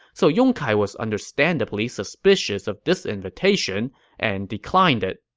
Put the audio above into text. so yong kai was understandably suspicious of this invitation and declined it.